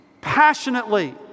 passionately